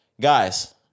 guys